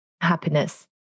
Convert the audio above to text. happiness